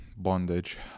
bondage